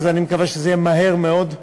אז אני מקווה שזה יהיה מהר מאוד.